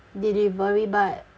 delivery but